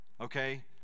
Okay